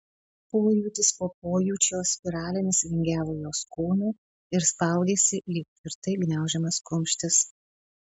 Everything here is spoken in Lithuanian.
pojūtis po pojūčio spiralėmis vingiavo jos kūnu ir spaudėsi lyg tvirtai gniaužiamas kumštis